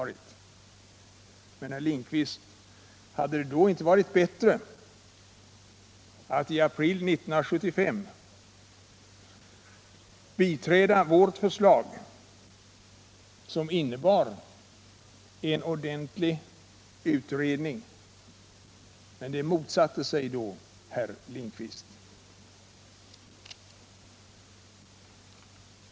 Men, herr Lindkvist, hade det då inte varit bättre att i april 1975 biträda vårt förslag, som innebar krav på en förutsättningslös utredning? Men det förslaget motsatte sig då herr Lindkvist.